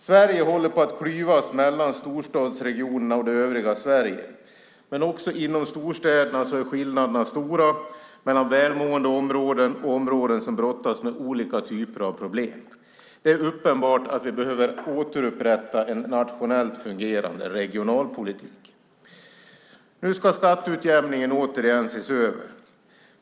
Sverige håller på att klyvas mellan storstadsregionerna och det övriga Sverige, men också inom storstäderna är skillnaderna stora mellan välmående områden och områden som brottas med olika typer av problem. Det är uppenbart att vi behöver återupprätta en nationellt fungerande regionalpolitik. Nu ska skatteutjämningen återigen ses över.